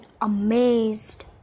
amazed